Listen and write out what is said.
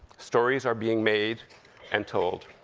stories are being made and told.